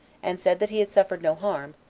and said that he had suffered no harm,